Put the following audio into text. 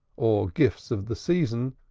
or gifts of the season,